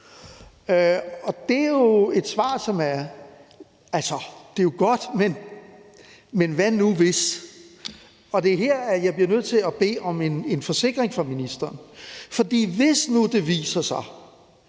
Det er jo et svar, som er godt, men hvad nu hvis? Det er her, jeg bliver nødt til at bede om en forsikring fra ministeren. For hvis nu det viser sig,